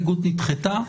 הסתייגות נדחתה.